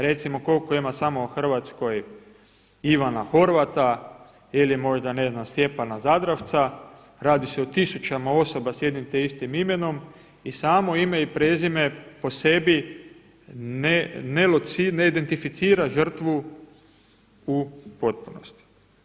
Recimo koliko ima samo u Hrvatskoj Ivana Horvata ili možda ne znam Stjepana Zadravca, radi se o tisućama osoba s jednim te istim imenom i samo ime i prezime po sebi ne identificira žrtvu u potpunosti.